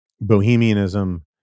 Bohemianism